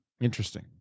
interesting